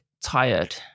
tired